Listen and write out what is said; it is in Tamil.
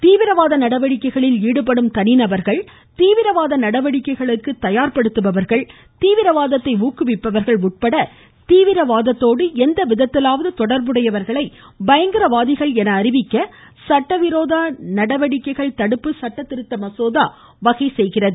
தீவிரவாத நடவடிக்கைகளில் ஈடுபடும் தனிநபர்கள் தீவிரவாத நடவடிக்கைகளுக்கு தயார்படுத்துபவர்கள் தீவிரவாதத்தை ஊக்குவிப்பவர்கள் உட்பட தீவிரவாதத்தோடு எந்த விதத்திலாவது தொடர்புடையவர்களை பயங்கரவாதிகள் என அறிவிக்க சட்டவிரோத நடவடிக்கைகள் தடுப்பு சட்டதிருத்த மசோதா வகை செய்கிறது